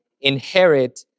inherit